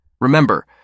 Remember